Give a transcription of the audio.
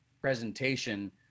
presentation